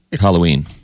Halloween